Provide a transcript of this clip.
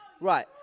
Right